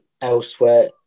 elsewhere